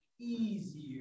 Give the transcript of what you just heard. easier